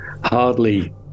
hardly